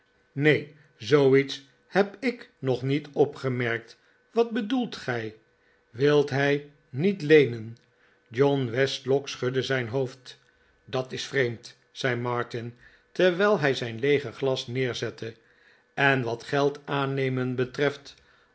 neen zooiets heb ik nog niet opgemerkt wat bedoelt gij wil hij niet leenen john westlock schudde zijn hoofd dat is vreemd zei martin terwijl hij zijn leege glas neerzette en wat geld aannemen betreft